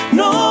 no